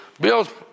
bills